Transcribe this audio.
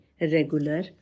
regular